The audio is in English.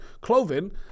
Clothing